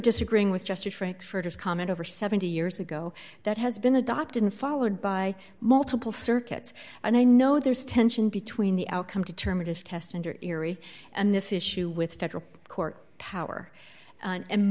disagreeing with justice frankfurters comment over seventy years ago that has been adopted and followed by multiple circuits and i know there's tension between the outcome determinative test under erie and this issue with federal court power and